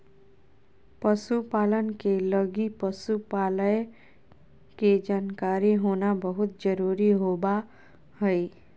पशु पालन के लगी पशु पालय के जानकारी होना बहुत जरूरी होबा हइ